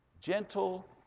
gentle